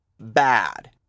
bad